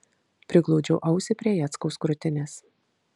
priglaudžiau ausį prie jackaus krūtinės